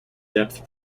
depth